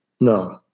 No